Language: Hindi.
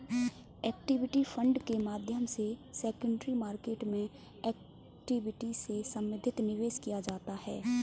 इक्विटी फण्ड के माध्यम से सेकेंडरी मार्केट में इक्विटी से संबंधित निवेश किया जाता है